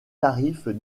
tarifs